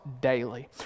daily